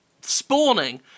spawning